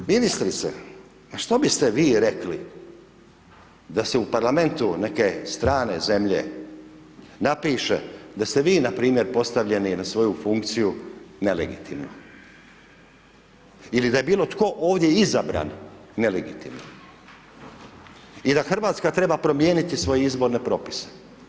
Ministrice, a što biste vi rekli da se u parlamentu neke strane zemlje napiše da ste vi npr. postavljeni na svoju funkciju nelegitimno ili da je bilo tko ovdje izabran nelegitimno i da RH treba promijeniti svoje izborne propise.